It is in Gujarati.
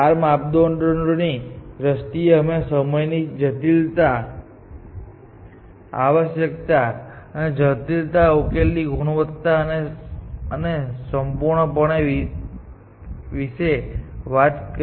ચાર માપદંડોની દ્રષ્ટિએ અમે સમયની જટિલતા અવકાશ જટિલતા ઉકેલની ગુણવત્તા અને સંપૂર્ણતા વિશે વાત કરી